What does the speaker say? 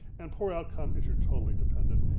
and poor outcome is you're totally dependent,